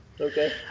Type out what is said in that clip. Okay